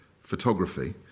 photography